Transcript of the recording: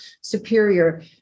superior